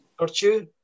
virtue